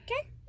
Okay